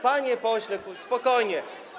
Panie pośle, spokojnie.